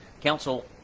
Council